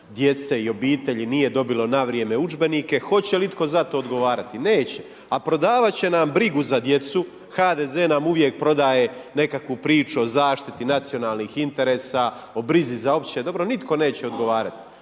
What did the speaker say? djece i obitelji nije dobilo na vrijeme udžbenike. Hoće li itko za to odgovarati? Neće. A prodavat će nam brigu za djecu. HDZ nam uvijek prodaje nekakvu priču o zaštiti nacionalnih interesa, o brizi za opće dobro. Nitko neće odgovarati.